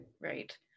Right